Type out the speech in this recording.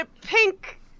pink